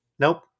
Nope